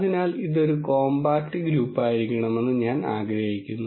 അതിനാൽ ഇതൊരു കോംപാക്റ്റ് ഗ്രൂപ്പായിരിക്കണമെന്ന് ഞാൻ ആഗ്രഹിക്കുന്നു